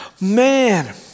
Man